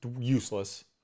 useless